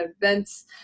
events